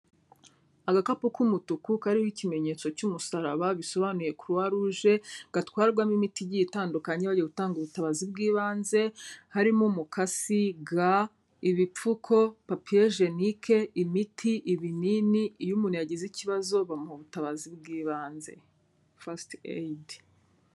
Agakapu k'umutuku kariho ikimenyetso cy'umusaraba bisobanuye Croix rouge gatwarwamo imiti igiye itandukanye bagiye utanga ubutabazi bw'ibanze, harimo umukasi, gant, ibipfuko, papier hygienique, imiti, ibinini, iyo umuntu yagize ikibazo bamuha ubutabazi bw'ibanze. First aid.